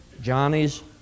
Johnny's